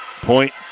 Point